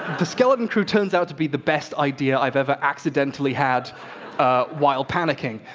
the skeleton krew turns out to be the best idea i've ever accidentally had while panicking.